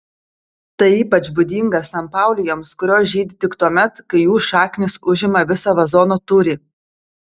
tai ypač būdinga sanpaulijoms kurios žydi tik tuomet kai jų šaknys užima visą vazono tūrį